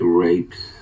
rapes